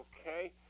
okay